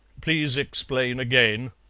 please explain again,